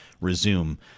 resume